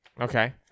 Okay